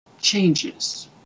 changes